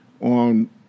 on